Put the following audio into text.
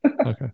okay